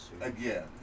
again